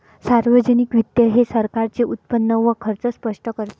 सार्वजनिक वित्त हे सरकारचे उत्पन्न व खर्च स्पष्ट करते